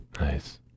Nice